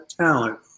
talent